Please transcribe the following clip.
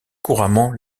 couramment